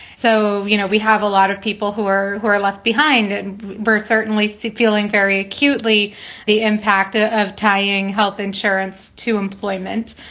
so, you know, we have a lot of people who are who are left behind at birth, certainly sick, feeling very acutely the impact ah of tying health insurance to employment.